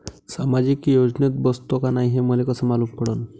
सामाजिक योजनेत मी बसतो की नाय हे मले कस मालूम पडन?